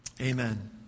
Amen